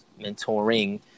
mentoring